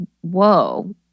whoa